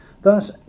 Thus